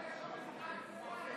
למה מטריחים את ראש הממשלה במיוחד בצוהריים